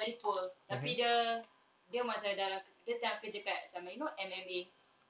very poor tapi dia dia macam dalam dia tengah kerja kat macam you know M_M_A